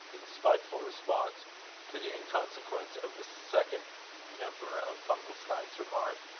in spiteful response to the inconsequence of the second member of funkelstein's remark.